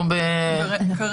צריך לבדוק את זה.